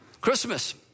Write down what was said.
Christmas